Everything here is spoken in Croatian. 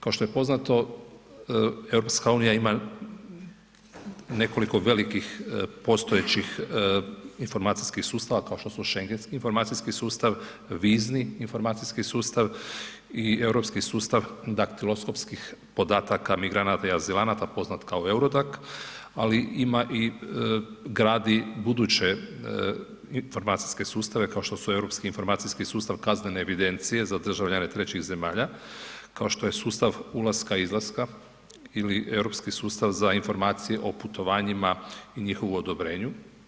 Kao što je poznato EU ima nekoliko velikih postojećih informacijskih sustava kao što su šengenski informacijski sustav, vizni informacijski sustav i europski sustav daktiloskopskih podataka migranata i azilanata poznat kao EURODAC ali ima i gradi buduće informacijske sustave kao što su europski informacijski sustav kaznene evidencije za državljane trećih zemalja kao što je sustav ulaska, izlaska ili Europski sustav za informacije o putovanjima i njihovu odobrenju.